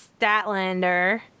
Statlander